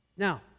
Now